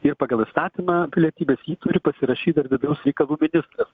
ir pagal įstatymą pilietybės jį turi pasirašyti ir vidaus reikalų ministras